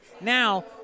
Now